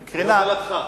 בהובלתך.